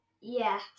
Yes